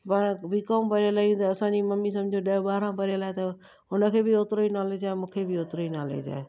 पाण B com पढ़ियल आहियूं त असांजी मम्मी सम्झो ॾह ॿारहं पढ़ियलु आहे त उन खे बि ओतिरो ई नॉलेज आहे मूंखे बि ओतरो ई नॉलेज आहे